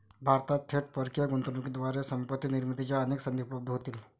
भारतात थेट परकीय गुंतवणुकीद्वारे संपत्ती निर्मितीच्या अनेक संधी उपलब्ध होतील